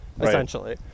essentially